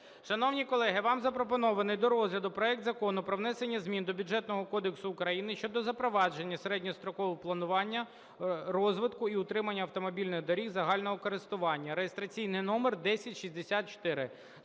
Шановні колеги, вам запропонований до розгляду проект Закону про внесення змін до Бюджетного кодексу України щодо запровадження середньострокового планування розвитку і утримання автомобільних доріг загального користування (реєстраційний номер 1064).